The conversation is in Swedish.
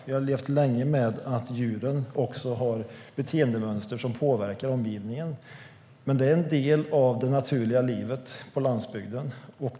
Vi har levt länge med att ljuden har beteendemönster som påverkar omgivningen. Men det är en del av det naturliga livet på landsbygden.